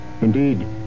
Indeed